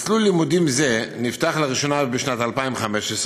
מסלול לימודים זה נפתח לראשונה בשנת 2015,